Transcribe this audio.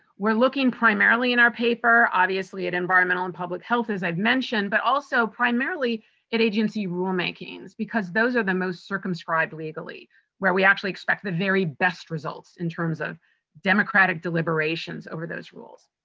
we're looking primarily in our paper, obviously at environmental and public health as i've mentioned, but also primarily at agency rule makings because those are the most circumscribed legally where we actually expect the very best results in terms of democratic deliberations over those rules.